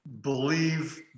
believe